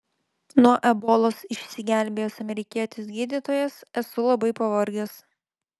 nuo ebolos išsigelbėjęs amerikietis gydytojas esu labai pavargęs